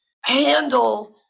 handle